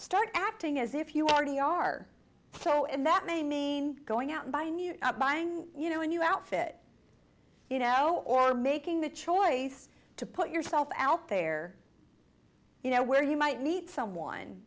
start acting as if you already are so and that may mean going out to buy new buying you know a new outfit you know or making the choice to put yourself out there you know where you might meet someone